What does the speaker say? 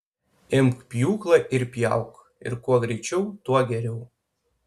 imk pjūklą ir pjauk ir kuo greičiau tuo geriau